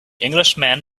englishman